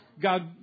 God